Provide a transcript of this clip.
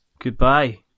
goodbye